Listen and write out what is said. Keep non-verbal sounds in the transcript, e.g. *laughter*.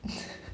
*noise*